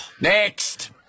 Next